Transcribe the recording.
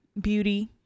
beauty